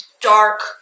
dark